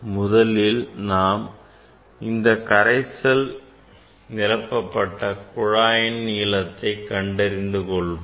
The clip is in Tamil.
முதலில் நாம் இந்தக் கரைசல் நிரப்பப்பட்ட குழாயின் நீளத்தை கண்டறிந்து கொள்வோம்